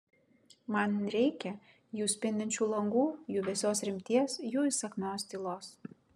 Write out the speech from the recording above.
man reikia jų spindinčių langų jų vėsios rimties jų įsakmios tylos